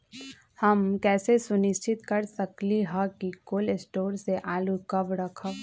हम कैसे सुनिश्चित कर सकली ह कि कोल शटोर से आलू कब रखब?